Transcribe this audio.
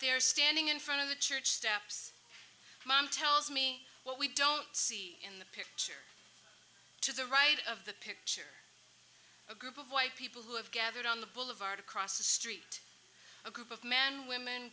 are standing in front of the church steps mom tells me what we don't see in the picture to the right of the picture a group of white people who have gathered on the boulevard across the street a group of men women